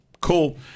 Cool